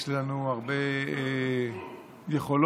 יש לנו הרבה יכולות